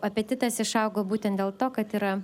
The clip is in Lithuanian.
apetitas išaugo būtent dėl to kad yra